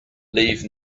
leave